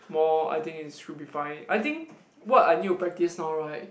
more I think it should be fine I think what I need to practice now right